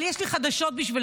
אבל יש לי חדשות בשבילכם,